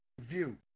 view